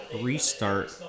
restart